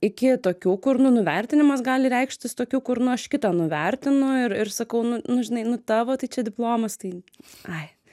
iki tokių kur nu nuvertinimas gali reikštis tokiu kur nu aš kitą nuvertinu ir ir sakau nu nu žinai nu tavo tai čia diplomas tai ai